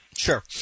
Sure